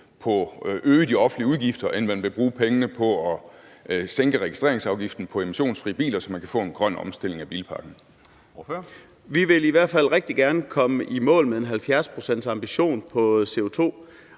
på at øge de offentlige udgifter, end man vil bruge pengene på at sænke registreringsafgiften på emissionsfrie biler, så man kan få en grøn omstilling af bilparken. Kl. 11:41 Formanden (Henrik Dam Kristensen): Ordføreren. Kl.